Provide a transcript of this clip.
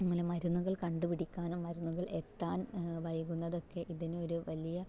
അങ്ങനെ മരുന്നുകൾ കണ്ടു പിടിക്കാനും മരുന്നുകൾ എത്താൻ വൈകുന്നത് ഒക്കെ ഇതിന് ഒരു വലിയ